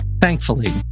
Thankfully